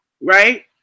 right